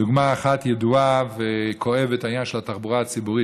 דוגמה אחת ידועה וכואבת היא העניין של התחבורה הציבורית,